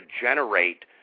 generate